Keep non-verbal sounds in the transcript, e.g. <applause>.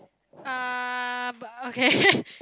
uh but okay <laughs>